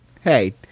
Hey